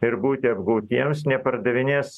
ir būti apgautiems nepardavinės